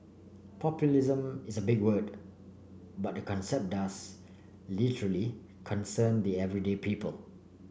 populism is a big word but the concept does literally concern the everyday people